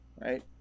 right